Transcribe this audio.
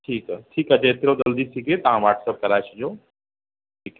ठीकु आहे ठीकु आहे जेतिरो जल्दी थी सघे तव्हां वाट्सअप कराए छॾियो